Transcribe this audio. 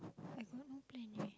I got no plan eh